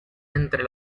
entre